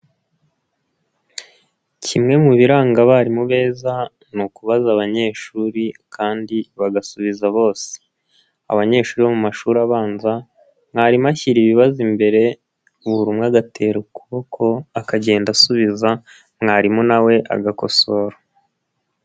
Kimwe mu biranga abarimu beza ni ukubaza abanyeshuri kandi bagasubiza bose, abanyeshuri bo mu mashuri abanza mwarimu ashyira ibibazo imbere buri umwe agatera ukuboko akagenda asubiza mwarimu nawe agakosora.